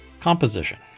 composition